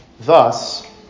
Thus